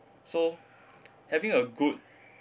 so having a good